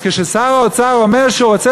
אז כששר האוצר אומר שהוא רוצה